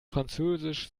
französisch